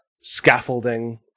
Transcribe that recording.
scaffolding